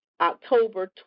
October